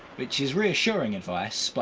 which is reassuring advice, but